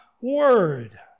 word